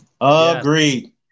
Agreed